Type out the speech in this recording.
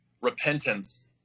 repentance